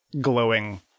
glowing